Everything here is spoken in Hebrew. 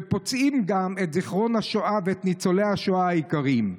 ופוצעים גם את זיכרון השואה ואת ניצולי השואה היקרים.